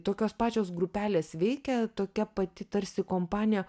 tokios pačios grupelės veikia tokia pati tarsi kompanija